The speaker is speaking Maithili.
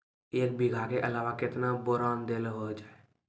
एक बीघा के अलावा केतना बोरान देलो हो जाए?